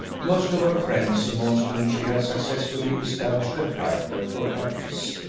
most of her friends, amongst whom she had successfully established a character for caprice,